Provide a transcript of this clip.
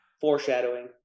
Foreshadowing